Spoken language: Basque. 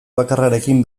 bakarrarekin